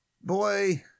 boy